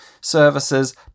services